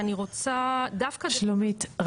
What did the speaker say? שלומית,